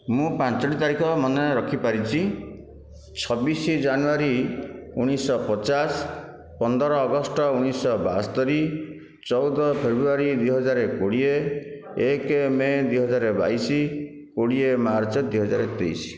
ମୁଁ ପାଞ୍ଚୋଟି ତାରିଖ ମନେରଖି ପାରିଛି ଛବିଶ ଜାନୁଆରୀ ଉଣେଇଶହ ପଚାଶ ପନ୍ଦର ଅଗଷ୍ଟ ଉଣେଇଶହ ବାଆସ୍ତରି ଚଉଦ ଫେବୃୟାରୀ ଦୁଇ ହଜାର କୋଡ଼ିଏ ଏକ ମେ' ଦୁଇ ହଜାର ବାଇଶ କୋଡ଼ିଏ ମାର୍ଚ୍ଚ ଦୁଇ ହଜାର ତେଇଶ